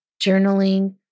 journaling